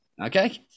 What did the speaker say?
Okay